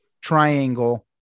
triangle